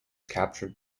captured